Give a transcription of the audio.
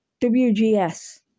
WGS